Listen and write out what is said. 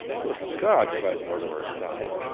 good god! cried mortimer, astounded.